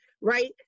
right